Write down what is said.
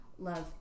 love